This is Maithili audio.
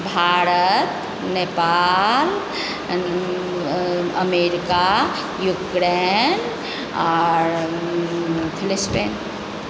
भारत नेपाल अमेरिका यूक्रेन आओर फिलिस्पीन